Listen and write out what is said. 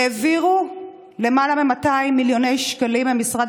העבירו למעלה מ-200 מיליוני שקלים ממשרד